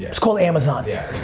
yeah it's called amazon. yeah